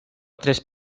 tres